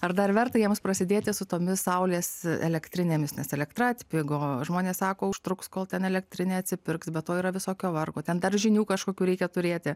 ar dar verta jiems prasidėti su tomis saulės elektrinėmis nes elektra atpigo žmonės sako užtruks kol ta elektrinė atsipirks be to yra visokio vargo ten dar žinių kažkokių reikia turėti